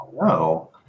No